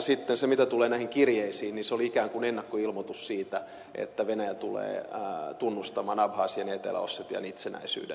sitten mitä tulee näihin kirjeisiin niin ne olivat ikään kuin ennakkoilmoitus siitä että venäjä tulee tunnustamaan abhasian ja etelä ossetian itsenäisyyden